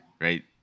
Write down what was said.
Right